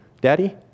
Daddy